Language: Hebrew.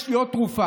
יש לי עוד תרופה,